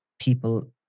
people